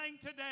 today